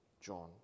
John